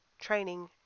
training